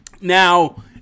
Now